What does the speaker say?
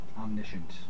Omniscient